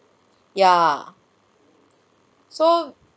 ya so